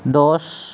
দহ